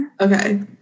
okay